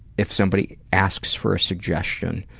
if somebody asks for a suggestion,